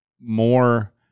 more